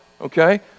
Okay